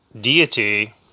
deity